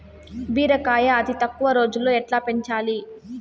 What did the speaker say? బీరకాయ అతి తక్కువ రోజుల్లో ఎట్లా పెంచాలి?